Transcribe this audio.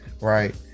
right